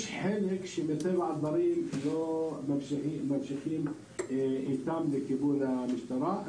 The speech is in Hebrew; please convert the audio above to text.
יש חלק שמטבע הדברים לא ממשיכים איתם לכיוון המשטרה.